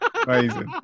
Amazing